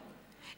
לא,